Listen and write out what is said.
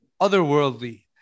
otherworldly